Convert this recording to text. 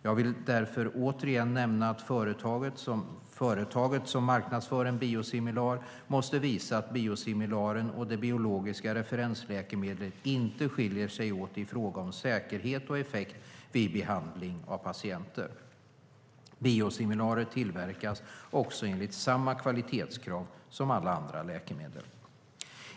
Jag vill därför återigen nämna att företaget som marknadsför en biosimilar måste visa att biosimilaren och det biologiska referensläkemedlet inte skiljer sig åt i fråga om säkerhet och effekt vid behandling av patienter. Biosimilarer tillverkas också enligt samma kvalitetskrav som alla andra läkemedel.